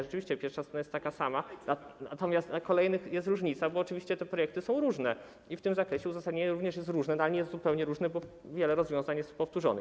Rzeczywiście pierwsza strona jest taka sama, natomiast na kolejnych są różnice, bo oczywiście te projekty są różne i w tym zakresie uzasadnienie również jest różne, ale niezupełnie różne, bo wiele rozwiązań jest powtórzonych.